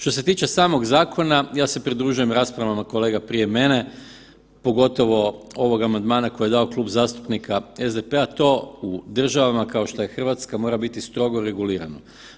Što se tiče samog zakona ja se pridružujem raspravama kolega prije mene, pogotovo ovog amandmana koji je dao Klub zastupnika SDP-a, to u državama kao što je RH mora biti strogo regulirano.